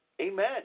amen